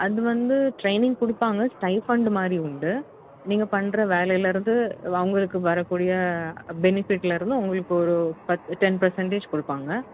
அது வந்து ட்ரைனிங் கொடுப்பாங்க ஸ்டைபெண்ட் மாதிரி உண்டு நீங்கள் பண்ணுற வேலையில் இருந்து அவங்களுக்கு வரக்கூடிய பெனிஃபிட்டில் இருந்து உங்களுக்கு ஒரு பத்து டென் பர்சன்டேஜ் கொடுப்பாங்க